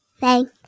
thank